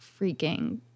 freaking